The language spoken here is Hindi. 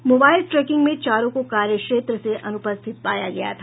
मोबाइल ट्रेकिंग में चारों को कार्य क्षेत्र से अनुपस्थित पाया गया था